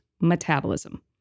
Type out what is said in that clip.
metabolism